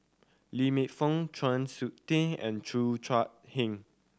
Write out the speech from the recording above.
Lee Man Fong Chng Seok Tin and Cheo Chai Hiang